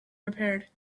repaired